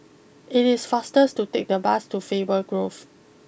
it is faster to take the bus to Faber Grove